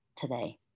today